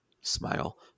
smile